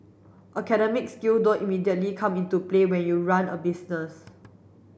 academic skill don't immediately come into play when you run a business